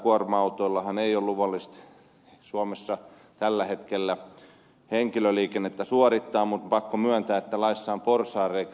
kuorma autoillahan ei ole luvallista suomessa tällä hetkellä henkilöliikennettä suorittaa mutta pakko myöntää että laissa on porsaanreikä